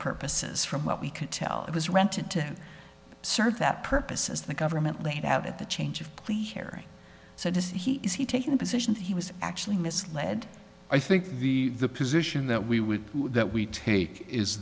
purposes from what we can tell it was rented to serve that purpose as the government laid out at the change of plea hearing so does he is he taking the position that he was actually misled i think the the position that we would that we take is